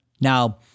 Now